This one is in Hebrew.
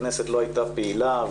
הכנסת לא הייתה פעילה,